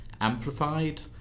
amplified